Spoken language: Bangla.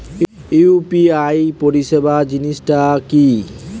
ইউ.পি.আই পরিসেবা জিনিসটা কি?